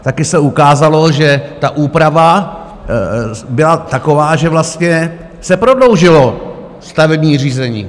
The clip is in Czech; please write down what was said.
Také se ukázalo, že ta úprava byla taková, že vlastně se prodloužilo stavební řízení.